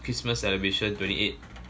christmas celebration twenty eight